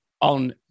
on